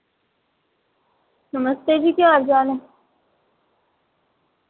नमस्ते जी केह् हाल चाल ऐ